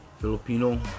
Filipino